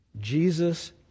Jesus